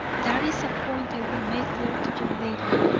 that is a point i will make clear to you later,